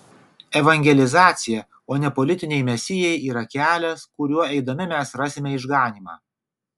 evangelizacija o ne politiniai mesijai yra kelias kuriuo eidami mes rasime išganymą